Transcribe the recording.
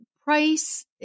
price